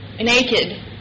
naked